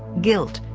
guilt,